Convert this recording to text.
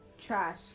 trash